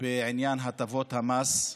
בעניין הטבות המס.